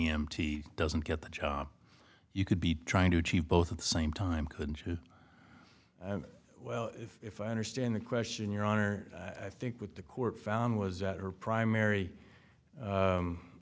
t doesn't get the job you could be trying to achieve both at the same time couldn't you well if i understand the question your honor i think with the court found was that her primary